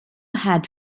had